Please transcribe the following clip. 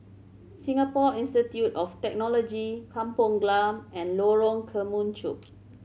Singapore Institute of Technology Kampong Glam and Lorong Kemunchup